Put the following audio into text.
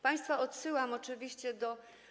Państwa odsyłam oczywiście do.